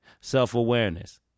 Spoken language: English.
self-awareness